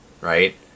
right